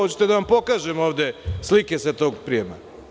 Hoćete da vam pokažem ovde slike sa tog prijema.